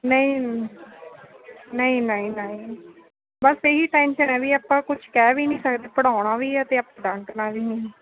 ਨਹੀਂ ਨਹੀਂ ਨਹੀਂ ਨਹੀਂ ਬਸ ਇਹ ਹੀ ਟੈਂਸ਼ਨ ਆ ਵੀ ਆਪਾਂ ਕੁਛ ਕਹਿ ਵੀ ਨਹੀਂ ਸਕਦੇ ਪੜ੍ਹਾਉਣਾ ਵੀ ਹੈ ਅਤੇ ਆਪਾਂ ਡਾਂਟਣਾ ਵੀ ਨਹੀਂ